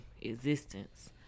existence